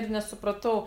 ir nesupratau